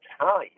time